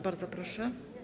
Bardzo proszę.